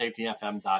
safetyfm.com